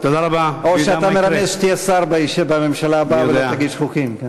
או שאתה מרמז שתהיה שר בממשלה הבאה ולא תגיש חוקים.